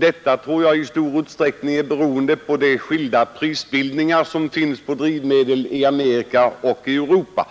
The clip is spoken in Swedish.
Detta tror jag i stor utsträckning är beroende på de skilda prisbildningsförhållandena på drivmedel i Amerika och Europa.